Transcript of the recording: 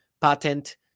patent